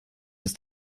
ist